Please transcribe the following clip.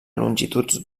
longituds